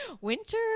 winter